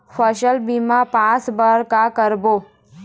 फसल बीमा पास बर का करबो?